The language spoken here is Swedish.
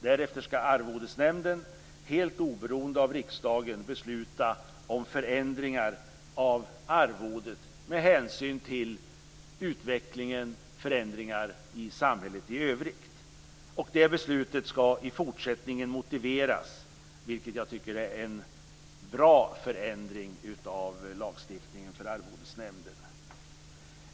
Därefter skall arvodesnämnden helt oberoende av riksdagen besluta om förändringar av arvodet med hänsyn till förändringar i samhället i övrigt. Det beslutet skall i fortsättningen motiveras, vilket jag tycker är en bra förändring av lagstiftningen för arvodesnämnden.